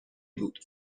بود